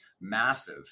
massive